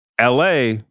LA